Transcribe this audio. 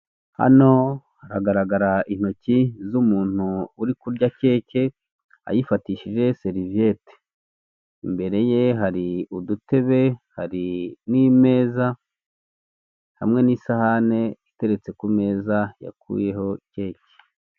Hano haragaragara intoki z'umuntu uri kurya keke ayifatishije seriviyeti, imbere ye hari udutebe, hari n'imeza hamwe n'isahane iteretse ku meza yakuyeho keke.